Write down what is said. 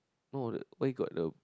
no where got the